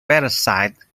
parasitic